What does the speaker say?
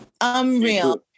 Unreal